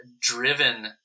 driven